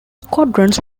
squadrons